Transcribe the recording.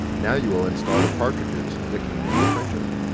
now you will install the cartridges that came with your printer.